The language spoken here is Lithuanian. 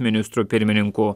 ministru pirmininku